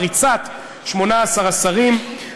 פריצת 18 השרים,